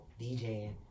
DJing